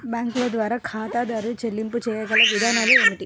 బ్యాంకుల ద్వారా ఖాతాదారు చెల్లింపులు చేయగల విధానాలు ఏమిటి?